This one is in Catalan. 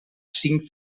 cinc